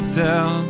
tell